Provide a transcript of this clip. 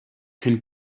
can